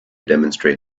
demonstrate